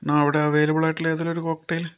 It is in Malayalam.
ആ അവിടെ അവൈലബിൾ ആയിട്ടുള്ള ഏതെങ്കിലും ഒരു കോക്ടയിൽ